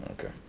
Okay